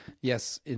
yes